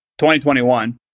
2021